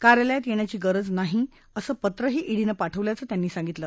कार्यालयात येण्याची गरज नाही अस पत्रही ईडीनं पाठवल्याचं त्यांनी सांगितलं